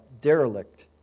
derelict